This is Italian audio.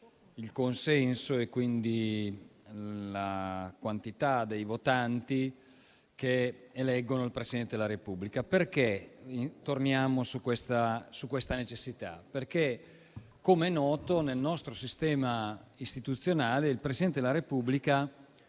il consenso, quindi la quantità dei votanti che eleggono il Presidente della Repubblica. Torniamo su questa necessità perché, com'è noto, nel nostro sistema istituzionale il Presidente della Repubblica